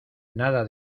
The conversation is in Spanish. nada